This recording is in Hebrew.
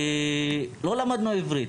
לא למדנו עברית,